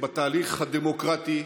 הדמוקרטי,